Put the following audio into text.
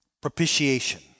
Propitiation